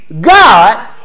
god